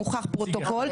מוכח פרוטוקול,